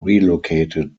relocated